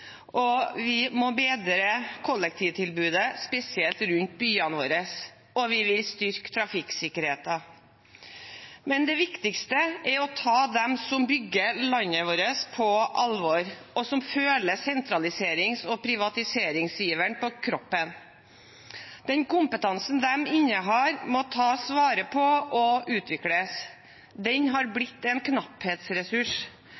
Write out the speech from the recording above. og vi må bedre kollektivtilbudet, spesielt rundt byene våre. Vi vil også styrke trafikksikkerheten. Men det viktigste er å ta dem som bygger landet vårt, og som føler sentraliserings- og privatiseringsiveren på kroppen, på alvor. Den kompetansen de innehar, må tas vare på og utvikles. Den har